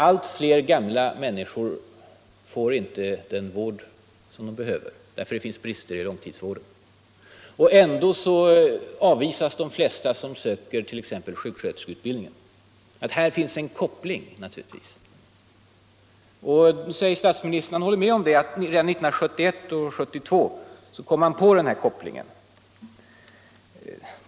Allt fler gamla människor får inte den vård som de behöver därför att det finns brister i långtidsvården. Och ändå avvisas de flesta ungdomar som söker exempelvis till sjuksköterskeutbildning. Här finns naturligtvis en koppling. Statsministern håller med om att redan 1971 och 1972 kom man på den här kopplingen.